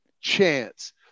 chance